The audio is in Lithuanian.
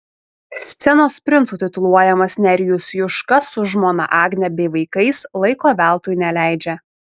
scenos princu tituluojamas nerijus juška su žmona agne bei vaikais laiko veltui neleidžia